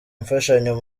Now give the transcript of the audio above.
imfashanyo